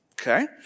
okay